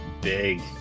big